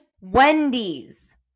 Wendy's